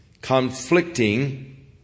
conflicting